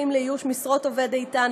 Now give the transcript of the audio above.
דרכים לאיוש משרות עובד איתן,